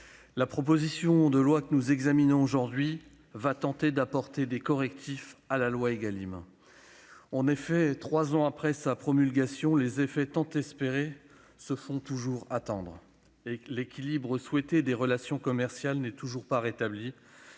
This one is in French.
la proposition de loi que nous examinons aujourd'hui vise à apporter des correctifs à la loi Égalim. En effet, trois ans après sa promulgation, les effets tant espérés se font toujours attendre. L'équilibre souhaité dans les relations commerciales n'est toujours pas rétabli.